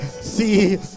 See